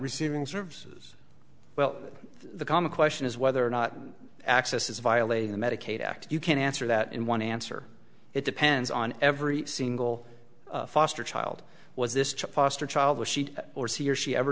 receiving services well the common question is whether or not access is violating the medicaid act you can answer that in one answer it depends on every single foster child was this foster child was she or see or she ever